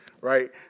right